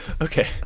Okay